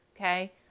Okay